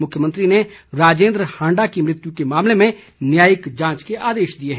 मुख्यमंत्री ने राजेन्द्र हांडा की मृत्यु के मामले में न्यायिक जांच के आदेश दिए हैं